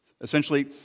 Essentially